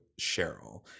cheryl